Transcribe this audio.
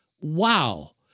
wow